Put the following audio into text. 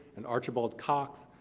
and archibald cox,